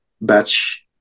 batch